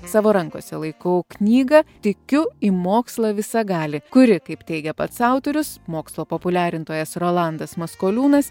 savo rankose laikau knygą tikiu į mokslą visagali kuri kaip teigia pats autorius mokslo populiarintojas rolandas maskoliūnas